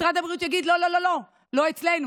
משרד הבריאות יגיד: לא לא לא לא, לא אצלנו.